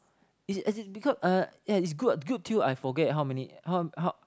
is as in yeah is good good till I forget how many how how